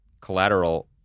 Collateral